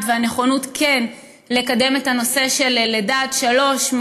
והנכונות לקדם את הנושא של לידה עד גיל שלוש,